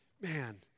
Man